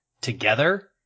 together